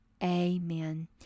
Amen